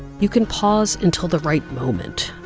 you can pause until the right moment.